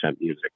music